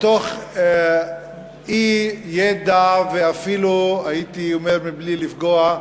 מתוך אי-ידע, ואפילו הייתי אומר, בלי לפגוע,